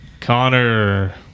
Connor